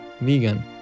vegan